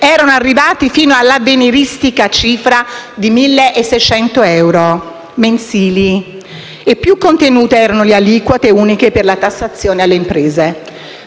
erano arrivati fino all'avveniristica cifra di 1600 euro mensili e più contenute erano le aliquote uniche per la tassazione alle imprese.